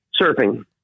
Surfing